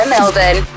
Melbourne